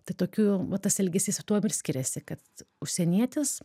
tai tokių va tas elgesys tuom ir skiriasi kad užsienietis